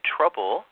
Trouble